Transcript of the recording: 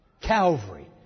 Calvary